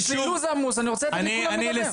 יש לי לו"ז עמוס ואני רוצה לתת לכולם לדבר.